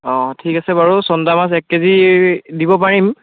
অঁ ঠিক আছে বাৰু চন্দা মাছ এক কেজি দিব পাৰিম